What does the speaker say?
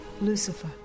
Lucifer